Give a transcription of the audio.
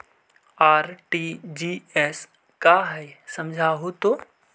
RTGS का है समझाहू तो?